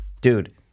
Dude